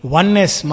oneness